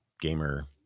gamer